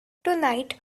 tonight